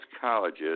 colleges